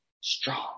strong